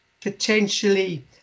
potentially